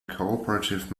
cooperative